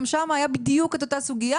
גם שם הייתה בדיוק אותה סוגיה